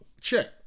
check